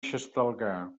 xestalgar